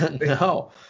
No